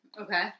Okay